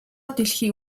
дэлхий